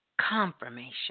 Confirmation